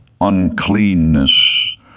uncleanness